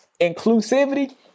inclusivity